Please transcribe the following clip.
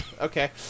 okay